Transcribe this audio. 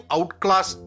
Outclass